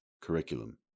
curriculum